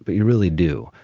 but we really do.